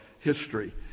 history